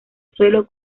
suelo